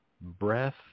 breath